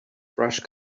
fresh